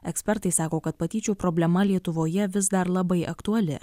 ekspertai sako kad patyčių problema lietuvoje vis dar labai aktuali